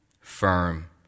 firm